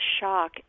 shock